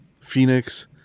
phoenix